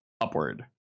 upward